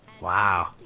Wow